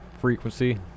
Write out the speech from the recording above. frequency